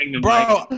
Bro